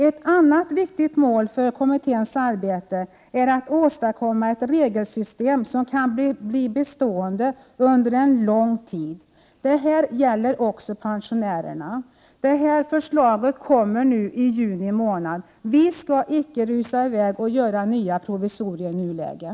Ett annat viktigt mål för kommitténs arbete är att åstadkomma ett regelsystem som kan bli bestående under en lång tid. Detta gäller också pensionärerna. Förslaget kommer i juni månad. Vi skall icke rusa i väg och göra nya provisorier i nuläget.